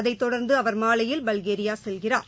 அதைத் தொடர்ந்துஅவர் மாலையில் பல்கேரியாசெல்கிறார்